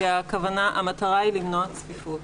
כי המטרה היא למנוע צפיפות.